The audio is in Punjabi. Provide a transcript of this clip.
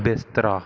ਬਿਸਤਰਾ